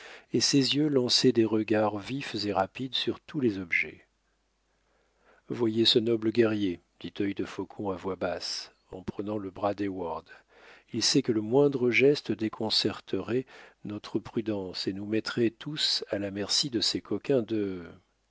et ses yeux lançaient des regards vifs et rapides sur tous les objets voyez ce noble guerrier dit œil de faucon à voix basse en prenant le bras d'heyward il sait que le moindre geste déconcerterait notre prudence et nous mettrait tous à la merci de ces coquins de